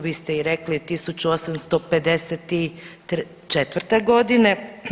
Vi ste i rekli 1854. godine.